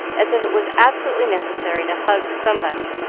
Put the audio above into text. as if it was absolutely necessary to hug somebody.